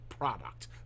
product